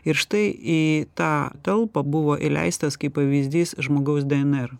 ir štai į tą talpą buvo įleistas kaip pavyzdys žmogaus dnr